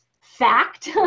fact